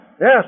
Yes